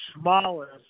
smallest